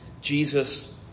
Jesus